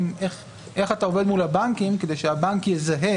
כמו שאלת העבודה מול הבנק כדי שהאחרון יזהה